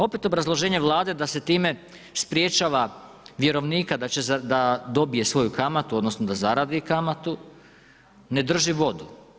Opet obrazloženje Vlade da se time sprječava vjerovnika da dobije svoju kamatu odnosno da zaradi kamatu, ne drži vodu.